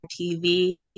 TV